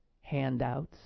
handouts